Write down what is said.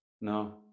No